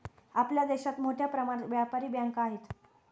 आपल्या देशात मोठ्या प्रमाणात व्यापारी बँका आहेत